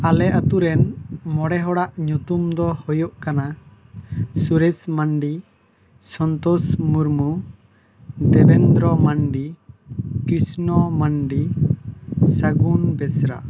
ᱟᱞᱮ ᱟᱛᱳ ᱨᱮᱱ ᱢᱚᱬᱮ ᱦᱚᱲᱟᱜ ᱧᱩᱛᱩᱢ ᱫᱚ ᱦᱩᱭᱩᱜ ᱠᱟᱱᱟ ᱥᱩᱨᱮᱥ ᱢᱟᱱᱰᱤ ᱥᱚᱱᱛᱚᱥ ᱢᱩᱨᱢᱩ ᱫᱮᱵᱮᱱᱫᱨᱚ ᱢᱟᱱᱰᱤ ᱠᱨᱤᱥᱱᱚ ᱢᱟᱱᱰᱤ ᱥᱟᱹᱜᱩᱱ ᱵᱮᱥᱨᱟ